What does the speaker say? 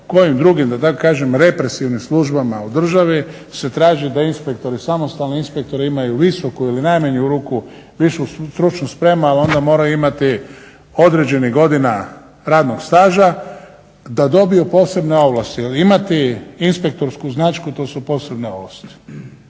kojim drugim da tako kažem represivnim službama u državi se traži da inspektori, samostalni inspektori imaju visoku ili u najmanju ruku višu stručnu spremu, ali onda moraju imati određenih godina radnog staža, da dobiju posebne ovlasti. Jer imati inspektorsku značku to su posebne ovlasti.